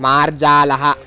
मार्जालः